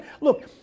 Look